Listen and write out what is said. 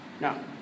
no